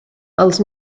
els